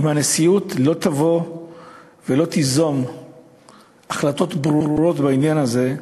אם הנשיאות לא תבוא ולא תיזום החלטות ברורות בעניין הזה,